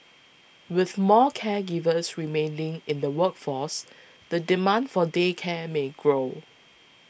with more caregivers remaining in the workforce the demand for day care may grow